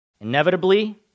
Inevitably